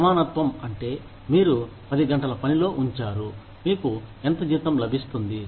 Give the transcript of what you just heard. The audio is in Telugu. సమానత్వం అంటే మీరు పది గంటల పనిలో ఉంచారు మీకు ఎంత జీతం లభిస్తుంది